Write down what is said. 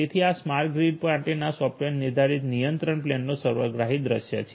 તેથી આ smart grid માટેના સોફ્ટવેર નિર્ધારિત નિયંત્રણ પ્લેનનો સર્વગ્રાહી દૃશ્ય છે